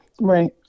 right